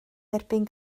derbyn